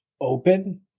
open